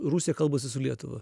rusija kalbasi su lietuva